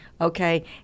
okay